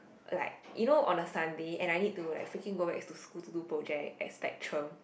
like you know on a Sunday and I need to like freaking go back to school to do project at Spectrum